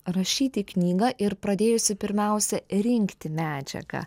rašyti knygą ir pradėjusi pirmiausia rinkti medžiagą